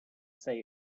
say